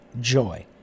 joy